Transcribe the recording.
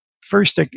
first